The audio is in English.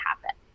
happen